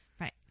Right